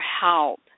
help